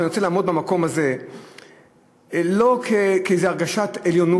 אני רוצה לעמוד במקום הזה לא באיזו הרגשת עליונות,